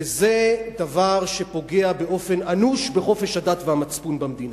וזה דבר שפוגע באופן אנוש בחופש הדת והמצפון במדינה.